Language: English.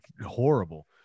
horrible